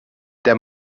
der